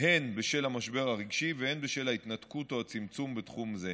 הן בשל המשבר הרגשי והן בשל ההתנתקות או הצמצום בתחום זה.